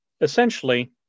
essentially